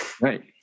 Right